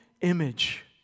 image